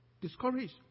discouraged